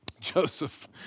Joseph